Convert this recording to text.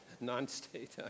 non-state